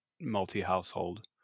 multi-household